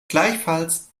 gleichfalls